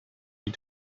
you